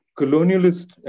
colonialist